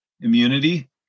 immunity